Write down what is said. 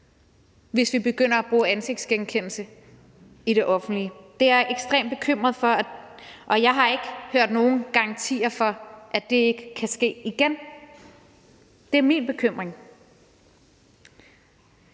hvis vi begynder at bruge ansigtsgenkendelse i det offentlige rum. Det er jeg ekstremt bekymret for, og jeg har ikke hørt nogen garantier for, at det ikke kan ske igen. Det er min bekymring.